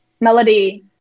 Melody